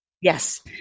Yes